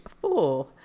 four